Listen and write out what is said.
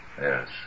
yes